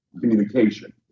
communication